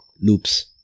loops